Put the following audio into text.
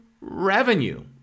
revenue